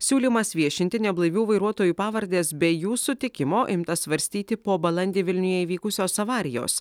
siūlymas viešinti neblaivių vairuotojų pavardes be jų sutikimo imta svarstyti po balandį vilniuje įvykusios avarijos